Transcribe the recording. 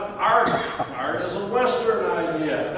art. art is a western idea.